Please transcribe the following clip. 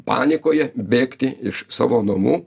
panikoje bėgti iš savo namų